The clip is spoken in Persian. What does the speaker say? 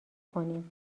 کنیم